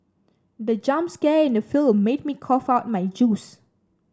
the jump scare in the film made me cough out my juice